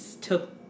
took